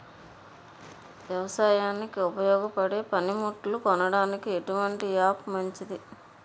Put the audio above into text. వ్యవసాయానికి ఉపయోగపడే పనిముట్లు కొనడానికి ఎటువంటి యాప్ మంచిది?